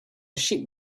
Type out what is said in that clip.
sheep